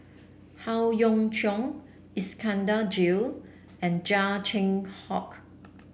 Howe Yoon Chong Iskandar Jalil and Chia Cheong Fook